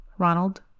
Ronald